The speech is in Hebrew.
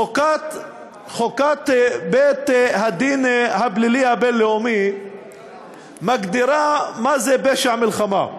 חוקת בית-הדין הפלילי הבין-לאומי מגדירה מהו פשע מלחמה,